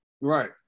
Right